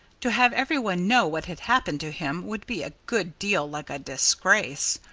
to have everyone know what had happened to him would be a good deal like a disgrace.